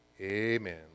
amen